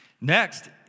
Next